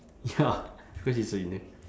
ya because it's in